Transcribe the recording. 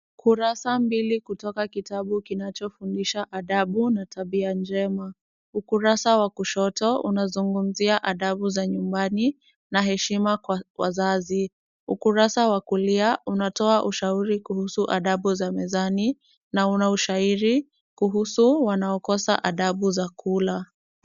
Kurasa mbili kutoka kitabu kinachofundisha adabu na tabia njema. Ukurasa wa kushoto unazungumzia adabu za nyumbani na heshima kwa wazazi. Ukurasa wa kulia unatoa ushauri kuhusu adabu za mezani na una ushairi kuhusu wanaokosa adabu za kula.